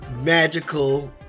magical